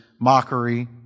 Mockery